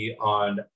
on